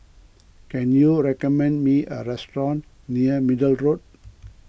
can you recommend me a restaurant near Middle Road